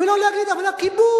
ולא להגיד "אבל הכיבוש",